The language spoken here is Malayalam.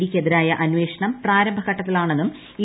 ഡിയ്ക്കെതിരായ അന്വേഷണം പ്രാരംഭ ഘട്ടത്തിലാണെന്നും ഇ